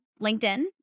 LinkedIn